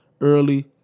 early